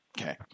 Okay